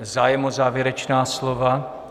Zájem o závěrečná slova?